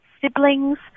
siblings